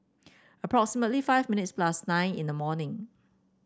approximately five minutes plus nine in the morning